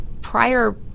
prior